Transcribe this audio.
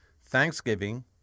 thanksgiving